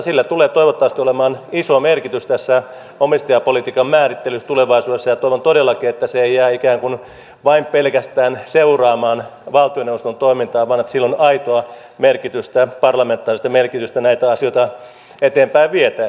sillä tulee toivottavasti olemaan iso merkitys tässä omistajapolitiikan määrittelyssä tulevaisuudessa ja toivon todellakin että se ei jää ikään kuin vain pelkästään seuraamaan valtioneuvoston toimintaa vaan että sillä on aitoa merkitystä parlamentaarista merkitystä näitä asioita eteenpäin vietäessä